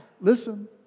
listen